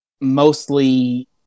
mostly